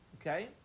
Okay